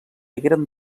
hagueren